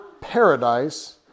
paradise